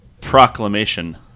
proclamation